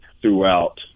throughout